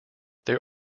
there